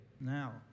Now